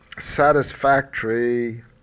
satisfactory